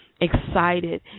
excited